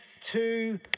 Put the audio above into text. two